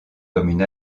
comme